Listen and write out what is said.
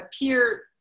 appear